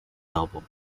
album